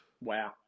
Wow